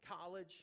college